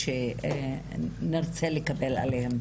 לבעל בית,